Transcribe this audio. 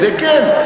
זה כן.